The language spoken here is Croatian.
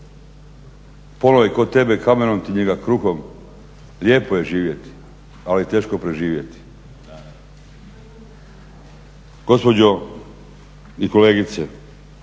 onoj "Tko tebe kamenom ti njega kruhom" lijepo je živjeti, ali teško preživjeti. Gospođo i kolegice,